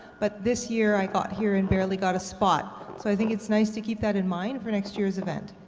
but this year i got here and barely got a spot. so i think it's nice to keep that in mind for next year's event.